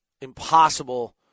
impossible